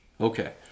Okay